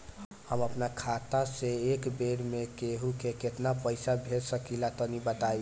हम आपन खाता से एक बेर मे केंहू के केतना पईसा भेज सकिला तनि बताईं?